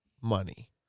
money